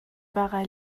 ساختمون